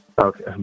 Okay